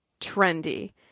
Trendy